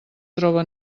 troba